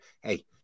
hey